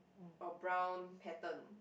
or brown patten